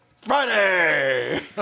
Friday